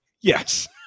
Yes